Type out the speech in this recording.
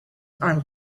are